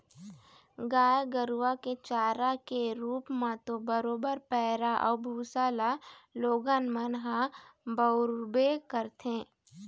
गाय गरुवा के चारा के रुप म तो बरोबर पैरा अउ भुसा ल लोगन मन ह बउरबे करथे